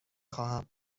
خواهم